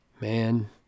man